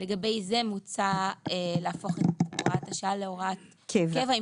לגבי זה מוצע להפוך את הוראת השעה להוראת קבע,